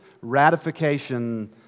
ratification